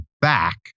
back